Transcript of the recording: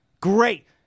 Great